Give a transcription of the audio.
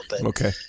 Okay